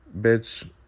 bitch